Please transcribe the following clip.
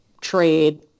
trade